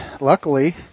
Luckily